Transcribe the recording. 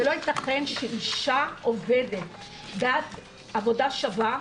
זה לא ייתכן שאישה שעובדת בעד עבודה שווה,